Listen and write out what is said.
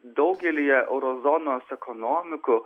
daugelyje euro zonos ekonomikų